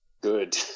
good